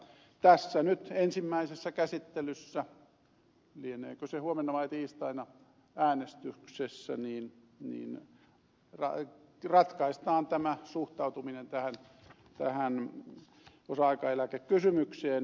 tässä nyt ensimmäisen käsittelyn lieneekö se huomenna vai tiistaina äänestyksessä ratkaistaan suhtautuminen tähän osa aikaeläkekysymykseen